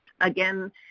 Again